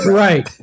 right